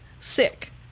sick